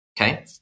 Okay